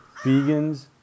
Vegans